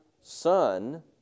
Son